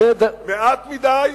מעט מדי,